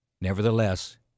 nevertheless